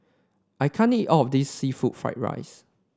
I can't eat all of this seafood Fried Rice